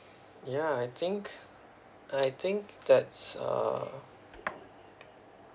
ya I think I think that's uh